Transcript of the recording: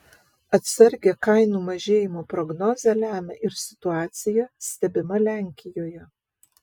atsargią kainų mažėjimo prognozę lemia ir situacija stebima lenkijoje